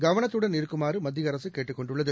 கவனத்துடன் இருக்குமாறுமத்தியஅரசுகேட்டுக் கொண்டுள்ளது